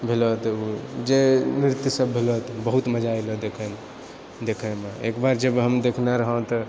भेलऔ तऽ ओ जे नृत्यसभ भेलऔ तऽ बहुत मजा एलऔ देखयमे देखयमे एकबार जब हम देखने रहौ तऽ